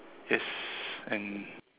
yes and